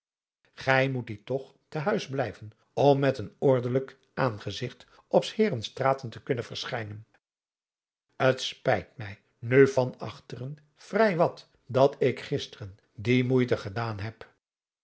gij moet die toch te huis blijven om met een ordenlijk aangezigt op s heeren straten te kunnen verschijnen t spijt mij nu van achteren vrij wat dat ik gisteren die moeite gedaan heb